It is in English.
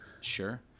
Sure